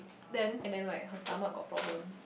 and then like her stomach got problem